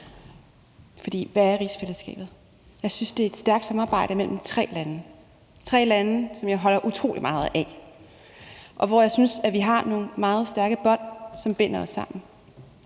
For hvad er rigsfællesskabet? Jeg synes, at det er et stærkt samarbejde mellem tre lande – tre lande, som jeg holder utrolig meget af, og som jeg synes har nogle meget stærke bånd, som binder os sammen.